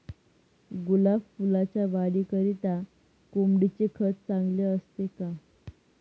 गुलाब फुलाच्या वाढीकरिता कोंबडीचे खत चांगले असते का?